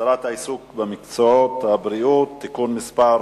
הסדרת העיסוק במקצועות הבריאות (תיקון מס'